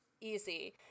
easy